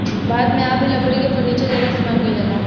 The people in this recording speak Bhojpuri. भारत मे आ भी लकड़ी के फर्नीचर ज्यादा इस्तेमाल कईल जाला